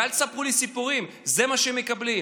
ואל תספרו לי סיפורים, זה מה שהם מקבלים.